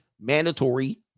mandatory